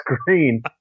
screen